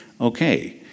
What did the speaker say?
okay